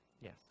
Yes